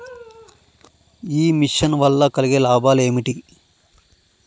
ఈ మిషన్ వల్ల కలిగే లాభాలు ఏమిటి?